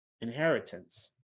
inheritance